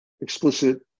explicit